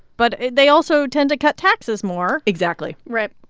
but they also tend to cut taxes more. exactly right.